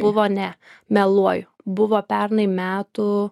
buvo ne meluoju buvo pernai metų